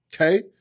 Okay